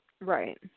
Right